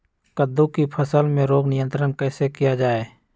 कददु की फसल में रोग नियंत्रण कैसे किया जाए?